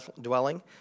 dwelling